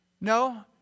No